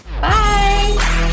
Bye